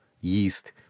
yeast